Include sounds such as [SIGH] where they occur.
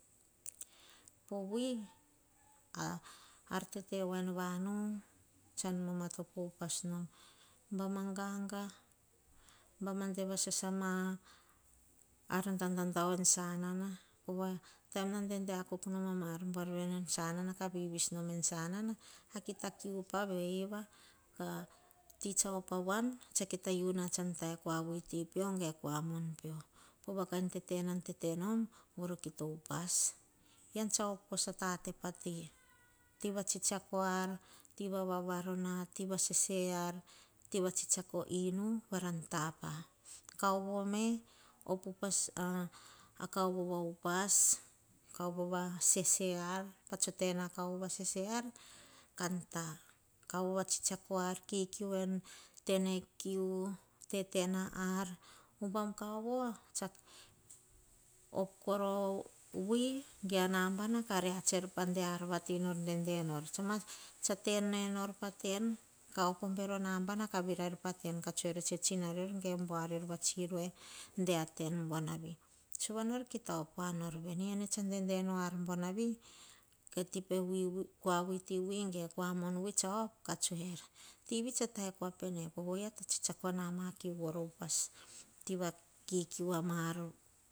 [HESITATION] poh wui tsora vamatopo upas norah ar tete voa en vanu. Tsan vamato upa nom, baim agaga, baim a de vanasa a mar dadadao en sasanana. Pova nar taim nar dada akuk nom ah mar buar veri vene en sanana kah vivis no en sanana, akita kiu pah veiva. Kah tii sah op avoan. Kah kita iuna woam san ta eh kua vuite peoh ge kuah mom peoh. Povah toton nan tenom va kita upas. Eam sah op voso atate pah tii. Tii vah tse tsako ar. Tii va tse tsako ar. Tii vah tse tsako hinu, maran tapa. Kaovo me op upas, kaovo va upas, kaovo va sese ar kantapa, kaovo tsetsako ar kikiu en tenekiu. Teten ar, uban kaovo tsah op korabi owui, ge o nambana, kah reats er pah de ar vati nor dedenor, sah ten enor pah tem kah op oh bero namba kat kat virair pah ten. Tse, er tse tsinarion, ge bua riok de a ten buanavi sova nor kita op voanor vene, ene sah dedenu ar buanavi, pede a ar buanavi. Sova nor buavi ketipe kua vuiti, ge tii pae kuavon kah tse, er, tivi sah taekuapene. Pova, ohia to tse-stiakona, makui voro upas tii va kikiu hamar.